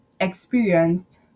experienced